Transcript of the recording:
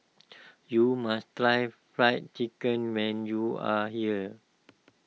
you must try Fried Chicken when you are here